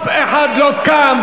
אף אחד לא קם,